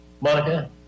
Monica